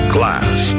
Class